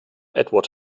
edward